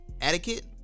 etiquette